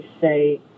say